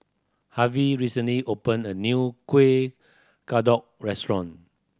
Harve recently opened a new kuih kadok restaurant